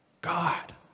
God